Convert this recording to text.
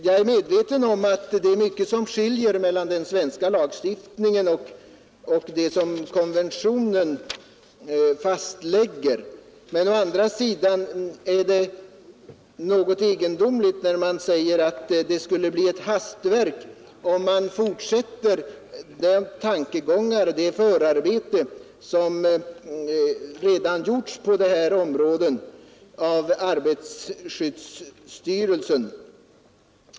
Jag är medveten om att det är mycket som skiljer den svenska lagstiftningen från det som konventionen fastlägger. Å andra sidan är det något egendomligt när man säger att det skulle bli ett hastverk om man fortsätter efter det förarbete som redan gjorts på detta område av arbetarskyddsstyrelsen.